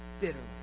bitterly